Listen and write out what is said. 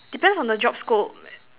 depends on the job scope